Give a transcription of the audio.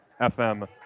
FM